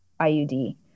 iud